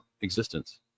existence